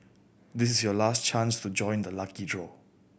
this is your last chance to join the lucky draw